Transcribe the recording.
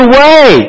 away